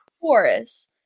chorus